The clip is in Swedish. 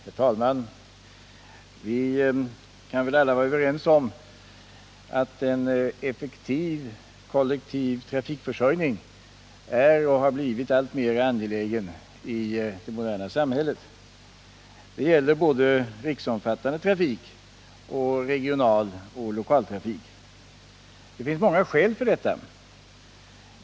Herr talman! Vi kan väl alla vara överens om att en effektiv kollektiv trafikförsörjning är och har blivit alltmer angelägen i det moderna samhället. Det gäller både riksomfattande trafik och regionaloch lokaltrafik. Det finns många skäl för detta.